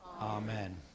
Amen